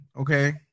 Okay